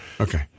okay